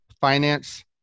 finance